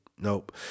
nope